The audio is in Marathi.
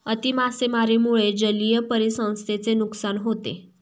अति मासेमारीमुळे जलीय परिसंस्थेचे नुकसान होते